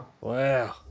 Wow